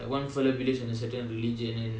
one fellow believes in a certain religion and